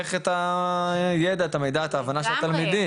לטווח את הידע, את המידע, את ההבנה של התלמידים.